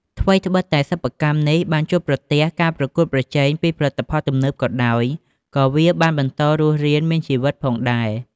ថ្វីត្បិតតែសិប្បកម្មនេះបានជួបប្រទះការប្រកួតប្រជែងពីផលិតផលទំនើបក៏ដោយ ក៏វាបានបន្តរស់រានមានជីវិតផងដេរ។